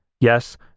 Yes